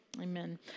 Amen